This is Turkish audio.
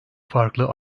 farklı